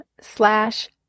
slash